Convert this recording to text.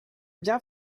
bien